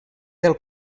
del